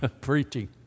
preaching